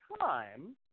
time